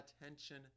attention